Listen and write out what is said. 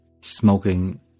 smoking